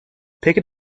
picket